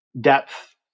depth